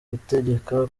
gutegeka